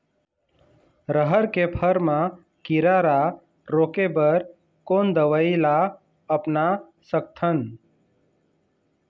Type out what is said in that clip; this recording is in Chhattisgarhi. रहर के फर मा किरा रा रोके बर कोन दवई ला अपना सकथन?